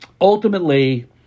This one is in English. ultimately